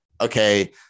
okay